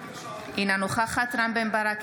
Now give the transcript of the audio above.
אינה נוכחת רם בן ברק,